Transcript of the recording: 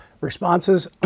responses